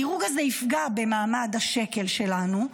הדירוג הזה יפגע במעמד השקל שלנו,